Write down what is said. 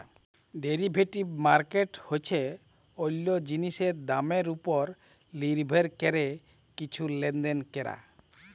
derivative market হছে অল্য জিলিসের দামের উপর লির্ভর ক্যরে কিছু লেলদেল ক্যরা